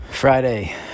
Friday